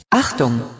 Achtung